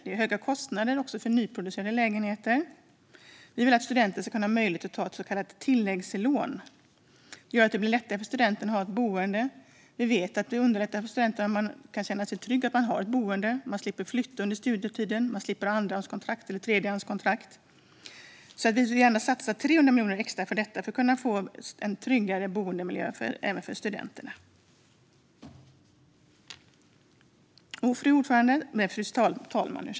Det är höga kostnader för nyproducerade lägenheter. Vi vill att studenter ska ges möjlighet att ta ett så kallat tilläggslån. Det gör att det blir lättare för studenter att ha ett boende. Vi vet att det underlättar för studenter när man kan känna sig trygg med att man har ett boende. Man slipper flytta under studietiden, och man slipper andrahandskontrakt eller tredjehandskontrakt. Vi vill gärna satsa 300 miljoner extra på detta för att kunna få en tryggare boendemiljö även för studenterna. Fru talman!